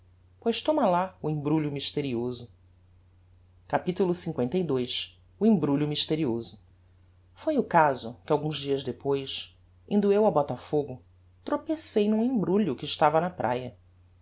pois toma lá o embrulho mysterioso capitulo lii o embrulho mysterioso foi o caso que alguns dias depois indo eu a botafogo tropecei n'um embrulho que estava na praia